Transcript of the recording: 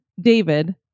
David